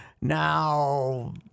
Now